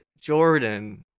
Jordan